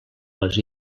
les